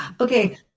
okay